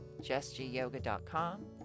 JessGyoga.com